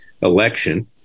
election